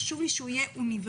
חשוב לי שהוא יהיה אוניברסלי,